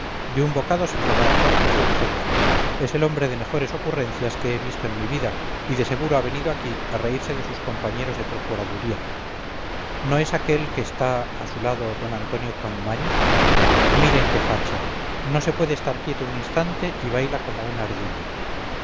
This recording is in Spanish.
de un bocado se tragará cortes y regencia es el hombre de mejores ocurrencias que he visto en mi vida y de seguro ha venido aquí a reírse de sus compañeros de procuraduría no es aquel que está a su lado d antonio capmany miren qué facha no se puede estar quieto un instante y baila como una ardilla